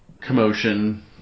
commotion